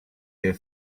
her